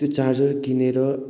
त्यो चार्जर किनेर